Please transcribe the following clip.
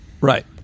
Right